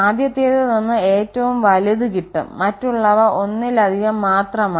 ആദ്യത്തേതിൽ നിന്ന് ഏറ്റവും വലുത് കിട്ടും മറ്റുള്ളവ ഒന്നിലധികം മാത്രമാണ്